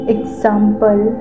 Example